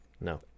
No